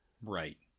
Right